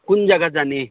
कुन जगा जाने